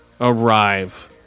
arrive